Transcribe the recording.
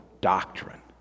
doctrine